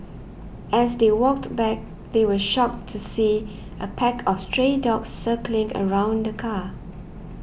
as they walked back they were shocked to see a pack of stray dogs circling around the car